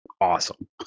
awesome